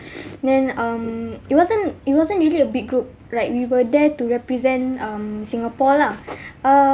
then um it wasn't it wasn't really a big group like we were there to represent um singapore lah